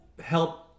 help